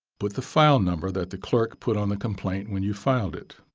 put the file number that the clerk put on the complaint when you filed it.